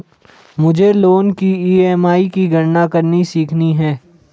मुझे लोन की ई.एम.आई की गणना करनी सीखनी है